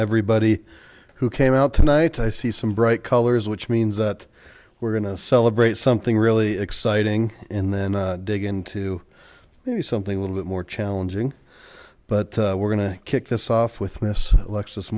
everybody who came out tonight i see some bright colors which means that we're gonna celebrate something really exciting and then dig into maybe something a little bit more challenging but we're gonna kick this off with miss alex